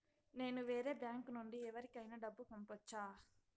నేను వేరే బ్యాంకు నుండి ఎవరికైనా డబ్బు పంపొచ్చా?